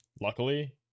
Luckily